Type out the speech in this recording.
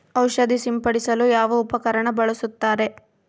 ಔಷಧಿ ಸಿಂಪಡಿಸಲು ಯಾವ ಉಪಕರಣ ಬಳಸುತ್ತಾರೆ?